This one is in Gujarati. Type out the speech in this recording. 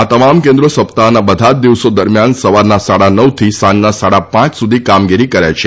આ તમામ કેન્દ્રો સપ્તાહના બધા જ દિવસો દરમિયાન સવારના સાડા નવથી સાંજના સાડા પાંચ સુધી કામગીરી કરે છે